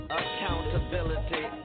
accountability